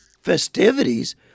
festivities